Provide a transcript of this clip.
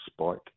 Spike